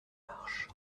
marche